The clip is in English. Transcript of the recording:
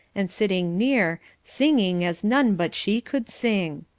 and sitting near, singing as none but she could sing.